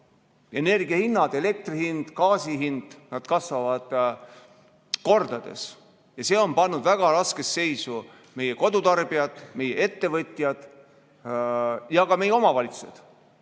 Energiahinnad – elektri hind, gaasi hind – kasvavad kordades ja see on pannud väga raskesse seisu meie kodutarbijad, meie ettevõtjad ja ka meie omavalitsused.